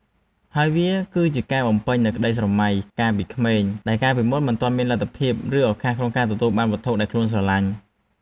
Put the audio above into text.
ហើយវាគឺជាការបំពេញនូវក្ដីស្រមៃកាលពីក្មេង ដែលកាលពីមុនមិនទាន់មានលទ្ធភាព ឬឱកាសក្នុងការទទួលបានវត្ថុដែលខ្លួនស្រឡាញ់។